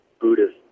Buddhist